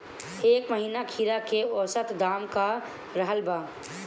एह महीना खीरा के औसत दाम का रहल बा?